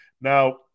Now